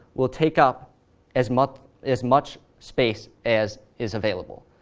will take up as much as much space as is available.